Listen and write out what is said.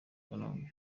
kanombe